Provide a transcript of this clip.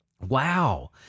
Wow